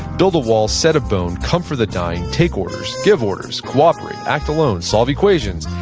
build a wall, set a bone, comfort the dying, take orders, give orders, cooperate, act alone, solve equations,